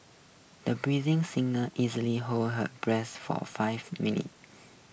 the singer easily held her breath for five minutes